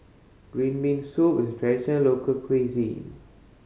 green bean soup is traditional local cuisine